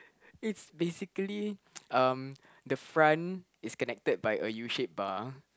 it's basically um the front is connected by a U shaped bar